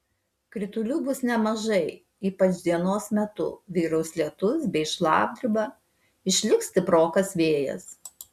kritulių bus nemažai ypač dienos metu vyraus lietus bei šlapdriba išliks stiprokas vėjas